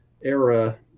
era